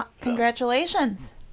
Congratulations